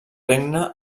regne